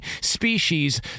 species